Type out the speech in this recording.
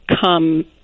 come